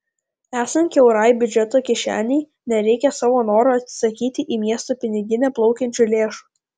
esant kiaurai biudžeto kišenei nereikia savo noru atsisakyti į miesto piniginę plaukiančių lėšų